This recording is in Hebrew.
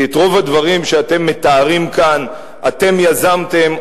כי את רוב הדברים שאתם מתארים כאן אתם יזמתם,